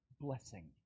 blessing